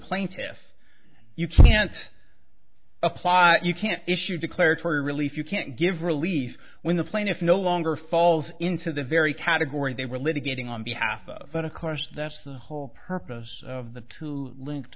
plaintiffs you can't applied you can't issue declaratory relief you can't give relief when the plaintiff no longer falls into the very category they were litigating on behalf of but of course that's the whole purpose of the two linked